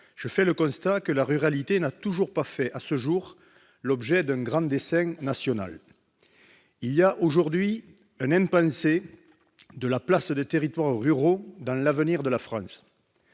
je fais le constat que la ruralité n'a toujours pas fait l'objet, à ce jour, d'un grand dessein national. Il y a aujourd'hui un impensé de la place des territoires ruraux dans l'avenir de la France.